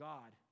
God